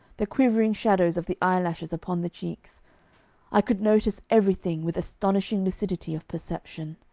the quivering shadows of the eyelashes upon the cheeks i could notice everything with astonishing lucidity of perception.